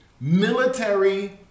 military